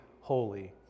holy